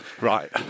Right